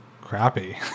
crappy